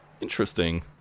interesting